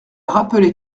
rappeler